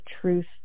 truth